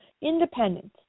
independent